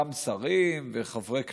וגם שרים וחברי כנסת.